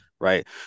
Right